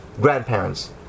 grandparents